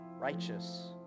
righteous